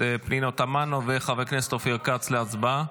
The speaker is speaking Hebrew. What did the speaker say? פנינה תמנו ואת חבר הכנסת אופיר כץ להצבעה.